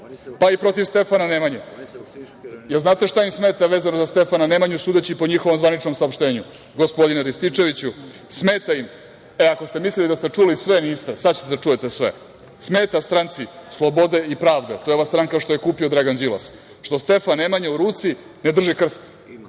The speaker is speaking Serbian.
pa i protiv Stefana Nemanje. Jel znate šta im smeta vezano za Stefana Nemanju sudeći po njihovom zvaničnom saopštenju, gospodine Rističeviću? Smeta im, ako ste mislili da ste čuli sve, niste, sada ćete čuti sve, smeta stranci Slobode i pravde, to je ova stranka koju je kupio Dragan Đilas, što Stefan Nemanja u ruci ne drži krst.